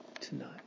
tonight